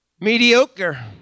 Mediocre